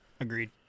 Agreed